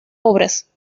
obras